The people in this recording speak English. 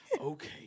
Okay